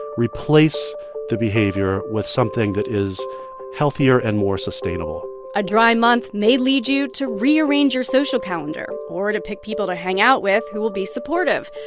replace the behavior with something that is healthier and more sustainable a dry month may lead you to rearrange your social calendar or to pick people to hang out with who will be supportive.